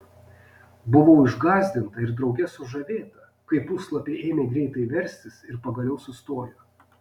buvau išgąsdinta ir drauge sužavėta kai puslapiai ėmė greitai verstis ir pagaliau sustojo